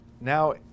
now